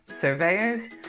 surveyors